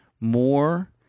more